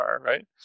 right